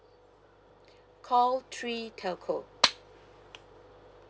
call three telco